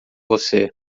você